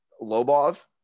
Lobov